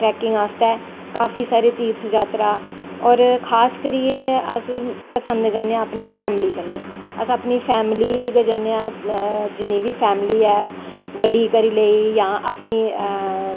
trekking आस्तै काफी सारी तीर्थ जात्तरा और खास करियै अस पसंद करनें आं अपनी फैमली कन्नैं अस अपनी फैमली गै जन्ने आं जिन्नी बी फैमली ऐ गड्डी करी लेआ जां अपनी